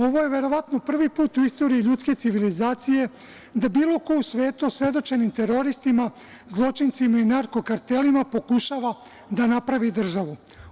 Ovo je verovatno prvi put u istoriji ljudske civilizacije da bilo ko u svetu osvedočenim teroristima, zločincima i narko kartelima pokušava da napravi državu.